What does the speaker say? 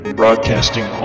broadcasting